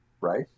right